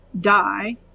die